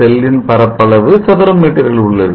செல்லின் பரப்பளவு சதுர மீட்டரில் உள்ளது